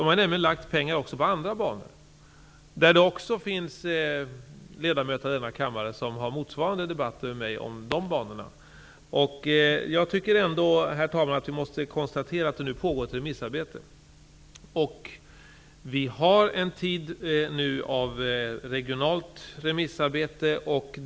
Man har nämligen lagt pengar också på andra banor. Det finns ledamöter av denna kammare som har motsvarande debatter med mig om de banorna. Jag tycker ändå, herr talman, att vi måste konstatera att det nu pågår ett remissarbete. Vi har nu en tid av regionalt remissarbete.